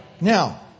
Now